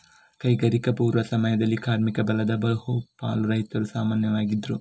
ಕೈಗಾರಿಕಾ ಪೂರ್ವ ಸಮಯದಲ್ಲಿ ಕಾರ್ಮಿಕ ಬಲದ ಬಹು ಪಾಲು ರೈತರು ಸಾಮಾನ್ಯವಾಗಿದ್ರು